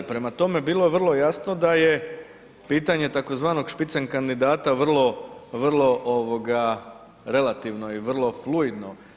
Prema tome, bilo je vrlo jasno da je pitanje tzv. špicen kandidata vrlo, vrlo relativno i vrlo fluidno.